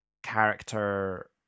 character